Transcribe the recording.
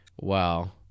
Wow